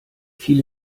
viele